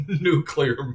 nuclear